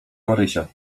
marysia